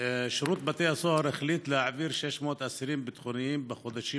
שירות בתי הסוהר החליט להעביר 600 אסירים ביטחוניים בחודשים